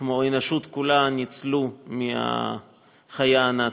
כמו האנושות כולה, ניצלו מהחיה הנאצית.